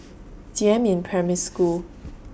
Jiemin Primary School